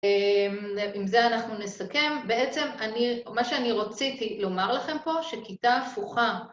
עם זה אנחנו נסכם, בעצם אני, מה שאני רציתי לומר לכם פה, שכיתה הפוכה